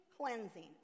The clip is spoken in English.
cleansing